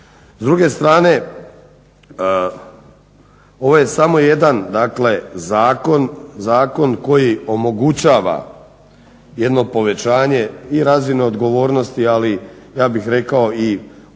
S druge strane, ovo je samo jedan, dakle zakon koji omogućava jedno povećanje i razine odgovornosti, ali i ja bih rekao i prekid